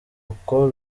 uko